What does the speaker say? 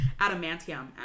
Adamantium